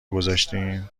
گذاشتین